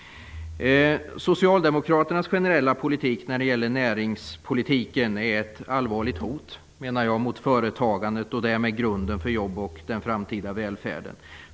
Socialdemokraternas generella näringspolitik är enligt min mening ett allvarligt hot mot företagandet och därmed grunden för jobb och den framtida välfärden.